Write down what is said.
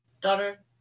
Daughter